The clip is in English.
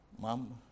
mom